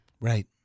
Right